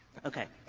okay.